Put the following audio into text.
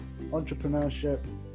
entrepreneurship